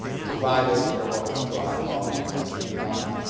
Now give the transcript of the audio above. provided they're walking through a high quality pedestrian environment.